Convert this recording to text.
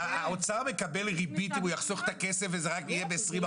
האוצר מקבל ריבית אם הוא יחסוך את הכסף וזה יהיה רק ב-2041?